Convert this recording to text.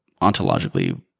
ontologically